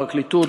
הפרקליטות,